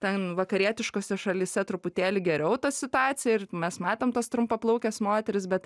ten vakarietiškose šalyse truputėlį geriau ta situacija ir mes matėm tuos trumpaplaukes moteris bet